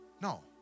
No